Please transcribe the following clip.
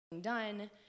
done